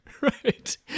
Right